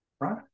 right